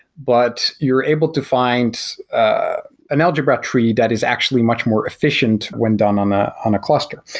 but you're able to find an algebra tree that is actually much more efficient when done on ah on a cluster.